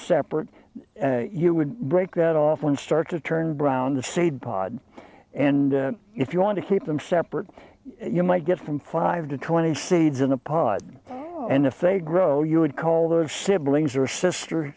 separate you would break that often start to turn brown the seed pod and if you want to keep them separate you might get from five to twenty seeds in a pod and if they grow you would call those siblings or sister